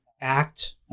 act